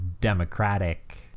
democratic